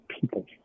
people